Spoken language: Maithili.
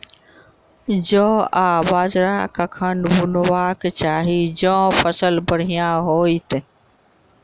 जौ आ बाजरा कखन बुनबाक चाहि जँ फसल बढ़िया होइत?